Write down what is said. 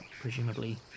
presumably